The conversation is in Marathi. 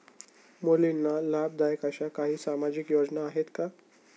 मुलींना लाभदायक अशा काही सामाजिक योजना आहेत का?